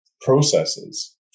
processes